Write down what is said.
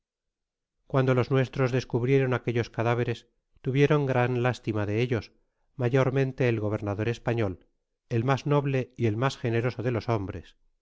cuando los nuestros descubrieron aquellos cadáveres tuvieron gran lástima de ellos mayormente el go bernador español el mas noble y el mas generoso de los hombres